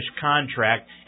contract